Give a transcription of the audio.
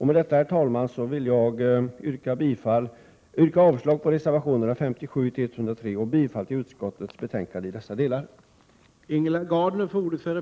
Med detta, herr talman, yrkar jag avslag på reservationerna 57—103 och bifall till utskottets hemställan i dessa delar.